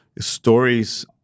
stories